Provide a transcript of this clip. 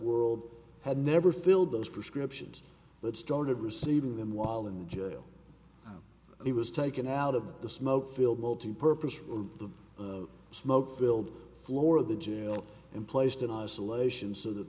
world had never filled those prescriptions but started receiving them wall in the jail he was taken out of the smoke filled multipurpose room the smoke filled floor of the jail and placed in isolation so th